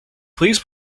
please